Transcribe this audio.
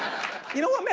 you know what, man?